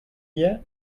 yet